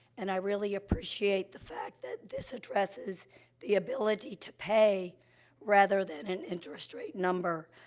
and i really appreciate the fact that this addresses the ability to pay rather than an interest rate number.